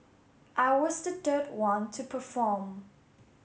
I was the third one to perform